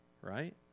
right